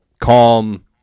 calm